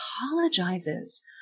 apologizes